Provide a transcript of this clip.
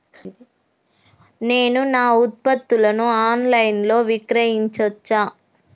నేను నా ఉత్పత్తులను ఆన్ లైన్ లో విక్రయించచ్చా?